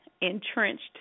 entrenched